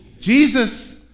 Jesus